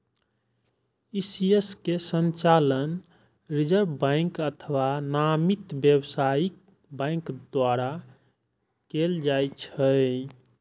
ECS के संचालन reserve bank अथवा नामित व्यावसायिक बैंक द्वारा कैल जाइ छै